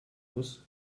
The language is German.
muss